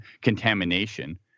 contamination